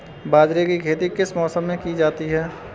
बाजरे की खेती किस मौसम में की जाती है?